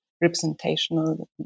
representational